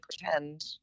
pretend